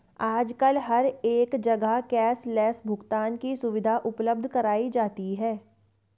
आजकल हर एक जगह कैश लैस भुगतान की सुविधा उपलब्ध कराई जाती है